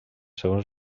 segons